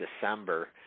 December